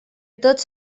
tots